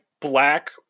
black